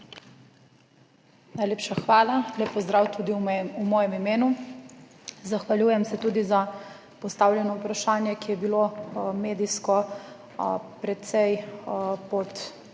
Najlepša hvala. Lep pozdrav tudi v mojem imenu. Zahvaljujem se tudi za postavljeno vprašanje, ki je bilo medijsko precej pod